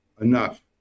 enough